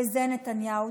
וזה נתניהו.